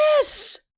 Yes